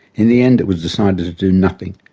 in the end it was decided to do nothing,